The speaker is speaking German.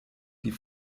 die